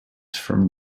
from